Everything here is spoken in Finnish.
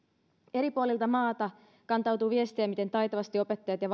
eri puolilta maata kantautuu viestejä miten taitavasti opettajat ja